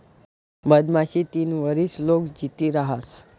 मधमाशी तीन वरीस लोग जित्ती रहास